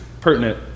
pertinent